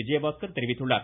விஜயபாஸ்கர் தெரிவித்துள்ளார்